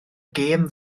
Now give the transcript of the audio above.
gêm